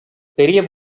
பெரிய